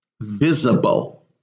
visible